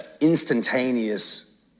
instantaneous